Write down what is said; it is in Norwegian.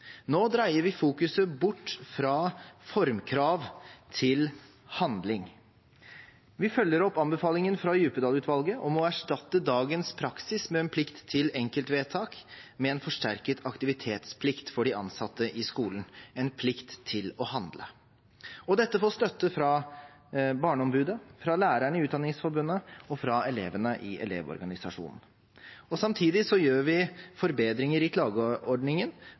Nå dreier vi fokuset bort fra formkrav og til handling. Vi følger opp anbefalingen fra Djupedal-utvalget om å erstatte dagens praksis med en plikt til enkeltvedtak med en forsterket aktivitetsplikt for de ansatte i skolen – en plikt til å handle. Dette får støtte fra Barneombudet, fra lærerne i Utdanningsforbundet og fra elevene i Elevorganisasjonen. Samtidig forbedrer vi